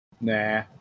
Nah